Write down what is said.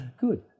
Good